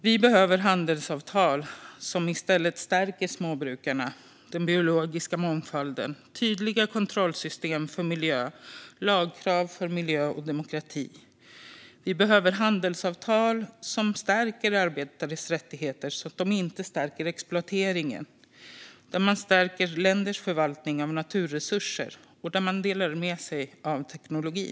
Vi behöver handelsavtal som stärker småbrukarna och den biologiska mångfalden samt skapar tydliga kontrollsystem för miljö och lagkrav för miljö och demokrati. Vi behöver handelsavtal som stärker arbetares rättigheter, inte exploateringen, och där man stärker länders förvaltning av naturresurser och delar med sig av teknologi.